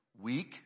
weak